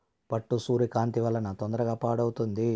పట్టు సూర్యకాంతి వలన తొందరగా పాడవుతుంది